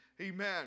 Amen